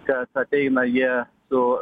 kad ateina jie su